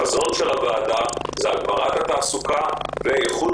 החזון של הוועדה הוא הגברת התעסוקה ואיכות